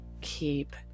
keep